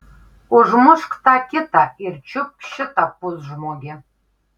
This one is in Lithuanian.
užmušk tą kitą ir čiupk šitą pusžmogį